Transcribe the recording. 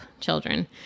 children